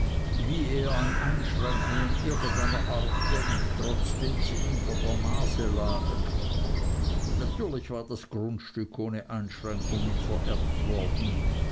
wie er an einschränkungen irgendeiner art denkt trotzdem sie ihm vor der nase liegen natürlich war das grundstück ohne einschränkungen vererbt worden